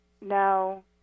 no